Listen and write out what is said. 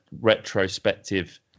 retrospective